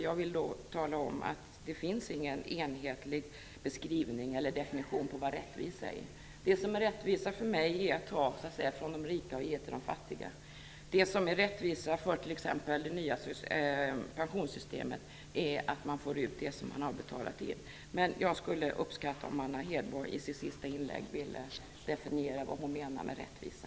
Jag vill då tala om att det inte finns någon enhetlig definition på vad rättvisa är. Det som är rättvisa för mig är att ta från de rika och ge till de fattiga. Det som är rättvisa i exempelvis det nya pensionssystemet är att man får ut det som man har betalat in. Jag skulle uppskatta om Anna Hedborg i sitt sista inlägg ville definiera vad hon menar med rättvisa.